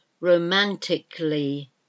romantically